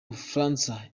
bufaransa